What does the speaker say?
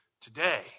today